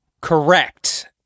Correct